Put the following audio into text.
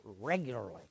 regularly